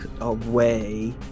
away